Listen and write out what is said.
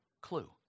clue